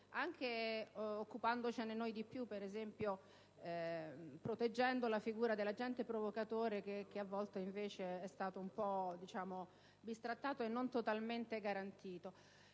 occupare di più, ad esempio proteggendo la figura dell'agente provocatore, che a volte è stato un po' bistrattato e non totalmente garantito.